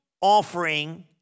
offering